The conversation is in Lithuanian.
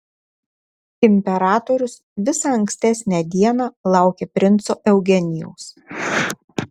imperatorius visą ankstesnę dieną laukė princo eugenijaus